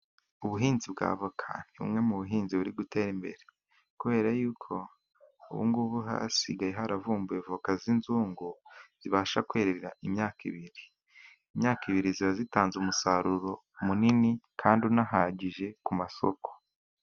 Ubuhinzi bwa avoka ni bumwe mu buhinzi buri gutera imbere, kubera yuko ubungubu hasigaye haravumbuwe avoka z'inzungu zibasha kwerera imyaka ibiri. Imyaka ibiri ziba zitanze umusaruro munini, kandi unahagije ku ma soko.